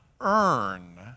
earn